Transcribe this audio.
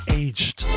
aged